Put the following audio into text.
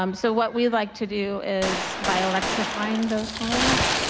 um so what we would like to do is by electrifying those homes,